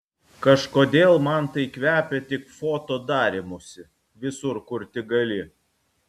kažkodėl man tai kvepia tik foto darymusi visur kur tik gali